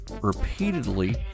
repeatedly